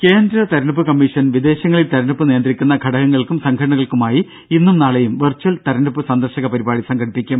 രുഭ കേന്ദ്ര തെരഞ്ഞെടുപ്പ് കമ്മീഷൻ വിദേശങ്ങളിൽ തെരഞ്ഞെടുപ്പ് നിയന്ത്രിക്കുന്ന ഘടകങ്ങൾക്കും സംഘടനകൾക്കുമായി ഇന്നും നാളെയും വെർച്വൽ തെരഞ്ഞെടുപ്പ് സന്ദർശക പരിപാടി സംഘടിപ്പിക്കും